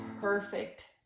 perfect